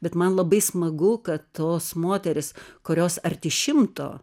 bet man labai smagu kad tos moterys kurios arti šimto